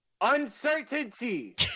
uncertainty